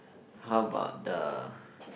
how about the